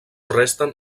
resten